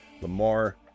Lamar